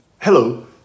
Hello